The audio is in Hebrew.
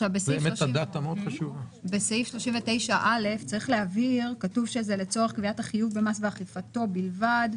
בסעיף קטן 39(א) כתוב שזה "לצורך קביעת החיוב במס ואכיפתו בלבד".